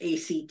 ACT